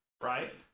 Right